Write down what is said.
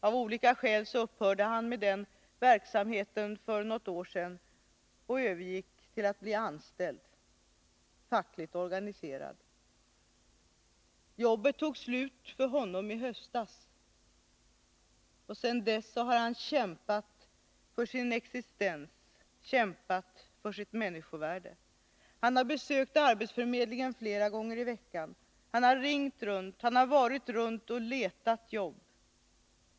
Av olika skäl upphörde han med den verksamheten för något år sedan och övergick till att bli anställd, fackligt organiserad. Jobbet tog slut för honom i höstas. Sedan dess har han kämpat för sin existens, kämpat för sitt människovärde. Han har besökt arbetsförmedlingen flera gånger i veckan. Han har ringt runt och farit omkring och letat efter jobb.